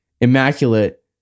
immaculate